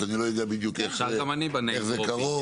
שאני לא יודע בדיוק איך זה קרוב.